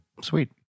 Sweet